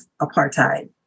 apartheid